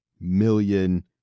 million